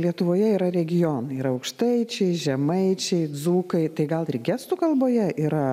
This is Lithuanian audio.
lietuvoje yra regionai yra aukštaičiai žemaičiai dzūkai tai gal ir gestų kalboje yra